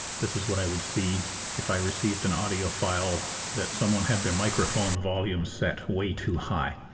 this is what i would see if i received an audio file that someone had their microphone volume set way too high.